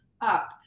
up